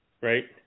right